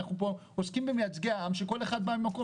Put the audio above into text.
אנחנו עוסקים פה במייצגי העם שכל אחד בא ממקום אחר.